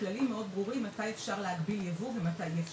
כללים מאוד ברורים מתי אפשר להגביל ייבוא ומתי אי אפשר.